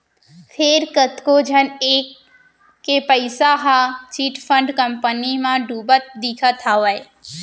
फेर कतको झन के पइसा ह ए चिटफंड कंपनी म डुबत दिखत हावय